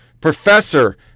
Professor